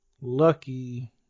Lucky